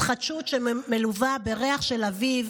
התחדשות שמלווה בריח של אביב,